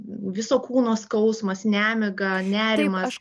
viso kūno skausmas nemiga nerimas